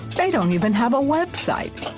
they don't even have a website.